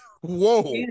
Whoa